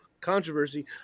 controversy